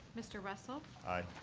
mr. russell? aye.